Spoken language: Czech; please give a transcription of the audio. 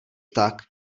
tak